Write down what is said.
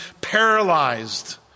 paralyzed